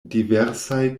diversaj